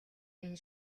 энэ